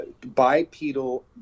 bipedal